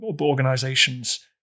organizations